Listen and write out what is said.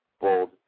bold